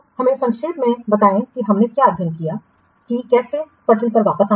तो अब हमें संक्षेप में बताएं कि हमने क्या अध्ययन किया है कि कैसे पटरी पर वापस आना है